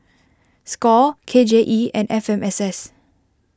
Score K J E and F M S S